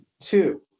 Two